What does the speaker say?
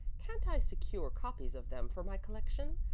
can't i secure copies of them for my collection?